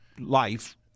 life